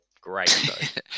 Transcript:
great